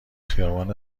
خیابان